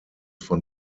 von